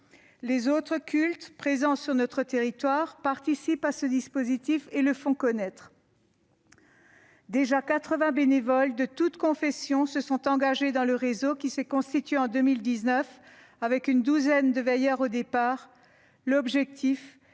Les autres cultes présents sur notre territoire participent à ce dispositif et le font connaître. Déjà 80 bénévoles, de toutes confessions, se sont engagés dans le réseau qui s'est constitué en 2019 avec une douzaine de veilleurs au départ. L'objectif